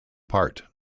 part